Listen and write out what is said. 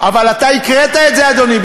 אבל אתה הקראת את זה, אדוני.